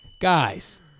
Guys